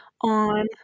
on